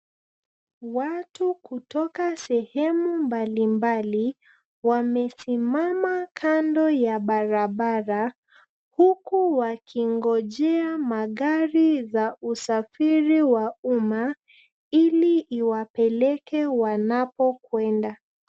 Watu kutoka sehemu mbalimbali, wamesimama kando ya barabara huku wakingojea magari za usafiri wa umma ili iwapeleke wanapokwenda.